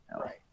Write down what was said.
Right